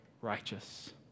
righteous